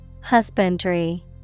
Husbandry